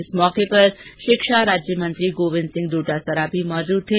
इस मौके पर शिक्षा राज्य मंत्री गोविंद सिंह डोटासरा मौजूद थे